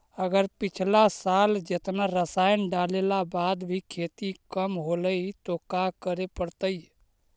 अगर पिछला साल जेतना रासायन डालेला बाद भी खेती कम होलइ तो का करे पड़तई?